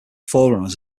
forerunners